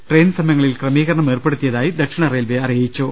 train സമയങ്ങളിൽ ക്രമീകരണം ഏർപ്പെടുത്തിയതായി ദക്ഷിണറെയിൽവെ അറിയിച്ചു